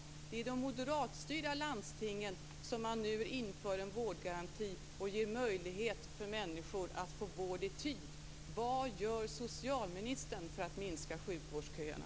Det är i de moderatstyrda landstingen som man nu inför en vårdgaranti och ger möjlighet för människor att få vård i tid. Vad gör socialministern för att minska sjukvårdsköerna?